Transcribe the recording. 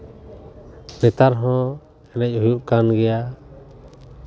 ᱱᱮᱛᱟᱨ ᱦᱚᱸ ᱮᱱᱮᱡ ᱦᱩᱭᱩᱜ ᱠᱟᱱ ᱜᱮᱭᱟ